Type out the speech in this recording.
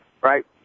right